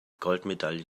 goldmedaille